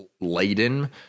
laden